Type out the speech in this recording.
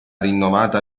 rinnovata